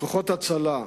כוחות ההצלה,